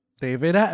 David